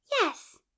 Yes